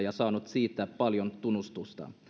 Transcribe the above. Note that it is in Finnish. ja saanut siitä paljon tunnustusta